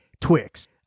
Twix